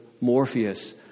Morpheus